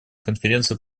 конференции